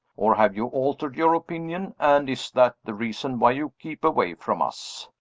or have you altered your opinion and is that the reason why you keep away from us?